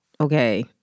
okay